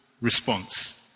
response